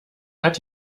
hat